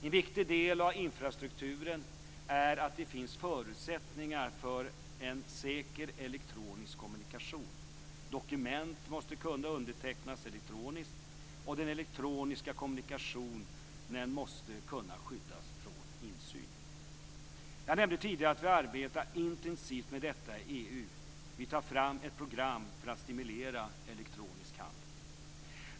En viktig del av infrastrukturen är att det finns förutsättningar för en säker elektronisk kommunikation. Dokument måste kunna undertecknas elektroniskt, och den elektroniska kommunikationen måste kunna skyddas från insyn. Jag nämnde tidigare att vi arbetar intensivt med detta i EU. Vi tar fram ett program för att stimulera elektronisk handel.